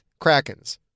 Krakens